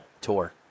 tour